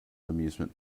amusement